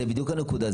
זו בדיוק הנקודה,